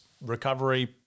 recovery